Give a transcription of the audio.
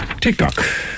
TikTok